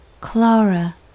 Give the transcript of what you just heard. Clara